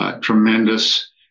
tremendous